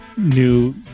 new